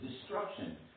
destruction